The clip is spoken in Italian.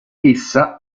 essa